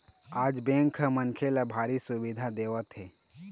आज बेंक ह मनखे ल भारी सुबिधा देवत हे